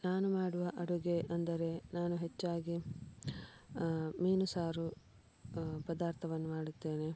ನಾನು ಮಾಡುವ ಅಡುಗೆ ಅಂದರೆ ನಾನು ಹೆಚ್ಚಾಗಿ ಮೀನು ಸಾರು ಪದಾರ್ಥವನ್ನು ಮಾಡುತ್ತೇನೆ